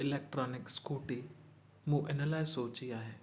electronic scooty मूं हिन लाइ सोची आहे